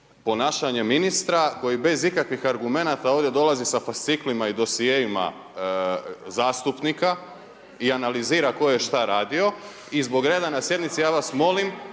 ponašanje ministra koji bez ikakvih argumenata ovdje dolazi sa fasciklima i dosjeima zastupnika tko je šta radio i zbog reda na sjednici, ja vas molim